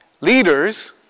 leaders